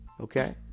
Okay